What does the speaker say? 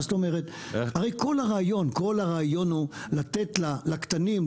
הרי כל הרעיון הוא לתת לקטנים,